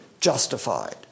justified